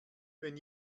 wenn